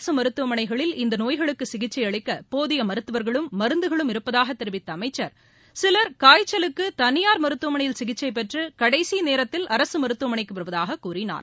அரசு மருத்துவமனைகளில் இந்த நோய்களுக்கு சிகிச்சை அளிக்க போதிய மருத்துவர்களும் மருந்துகளும் இருப்பதாக தெரிவித்த அமைச்சா் சிலர் காய்ச்சலுக்கு தனியார் மருத்துவமனையில் சிகிச்சை பெற்று கடைசி நேரத்தில் அரசு மருத்துவமனைக்கு வருவதாக கூறினார்